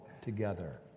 together